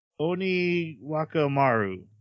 Oniwakamaru